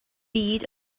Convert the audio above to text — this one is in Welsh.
byd